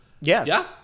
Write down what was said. Yes